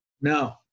no